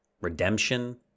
redemption